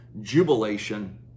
jubilation